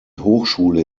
hochschule